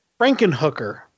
Frankenhooker